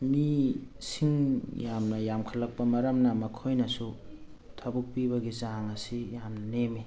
ꯃꯤꯁꯤꯡ ꯌꯥꯝꯅ ꯌꯥꯝꯈꯠꯂꯛꯄ ꯃꯔꯝꯅ ꯃꯈꯣꯏꯅꯁꯨ ꯊꯕꯛ ꯄꯤꯕꯒꯤ ꯆꯥꯡ ꯑꯁꯤ ꯌꯥꯝ ꯅꯦꯝꯃꯤ